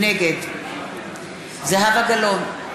נגד זהבה גלאון,